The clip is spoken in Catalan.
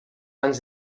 anys